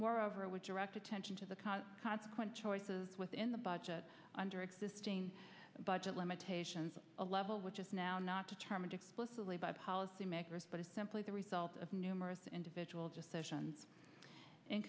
moreover with direct attention to the consequent choices within the budget under existing budget limitations a level which is now not determined explicitly by policy makers but is simply the result of numerous individual decisions in